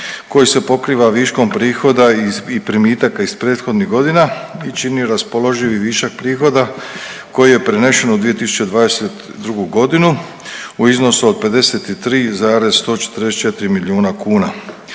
koji se pokriva viškom prihoda i primitaka iz prethodnih godina i čini raspoloživi višak prihoda koji je prenesen u 2022. godinu u iznosu od 53,144 milijuna kuna.